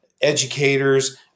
educators